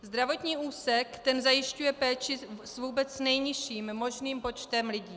Zdravotní úsek zajišťuje péči s vůbec nejnižším možným počtem lidí.